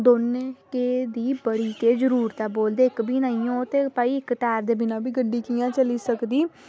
दौनें दी बड़ी गै जरूरत ऐ बोलदे कि इक्क बी निं होऐ ते इक्क टायर दे बिना गड्डी कियां चली सकदी